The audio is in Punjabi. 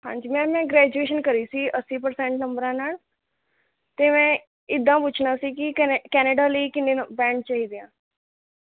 ਹਾਂਜੀ ਮੈਮ ਮੈਂ ਗਰੈਜੂਏਸ਼ਨ ਕਰੀ ਸੀ ਅੱਸੀ ਪਰਸੈਂਟ ਨੰਬਰਾਂ ਨਾਲ਼ ਅਤੇ ਮੈਂ ਇੱਦਾਂ ਪੁੱਛਣਾ ਸੀ ਕਿ ਕੈਨੇਡਾ ਲਈ ਕਿੰਨੇ ਨੰ ਬੈਂਡ ਚਾਹੀਦੇ ਹੈ